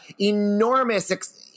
enormous